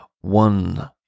One